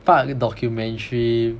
part of it documentary